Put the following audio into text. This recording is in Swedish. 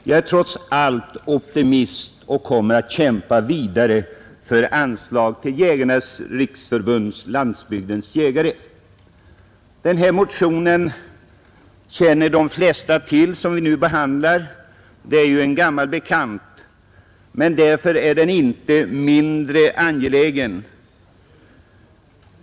Jag är trots allt optimist och kommer att kämpa vidare för anslag till Jägarnas riksförbund—Landsbygdens jägare. Den motion som vi nu behandlar känner de flesta till — det är ju en gammal bekant, men därför är den inte mindre angelägen.